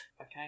Okay